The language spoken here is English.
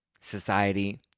society